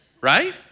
right